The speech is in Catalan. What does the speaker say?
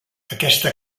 aquesta